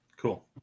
cool